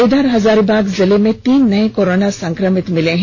इधर हजारीबाग जिला में तीन नए कोरोना संक्रमित मिले हैं